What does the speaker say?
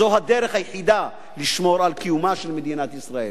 זאת הדרך היחידה לשמור על קיומה של מדינת ישראל.